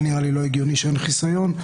נראה לי לא הגיוני שאין חיסיון על זה.